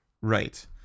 Right